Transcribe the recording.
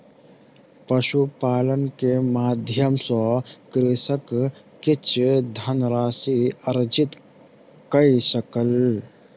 पशुपालन के माध्यम सॅ कृषक किछ धनराशि अर्जित कय सकल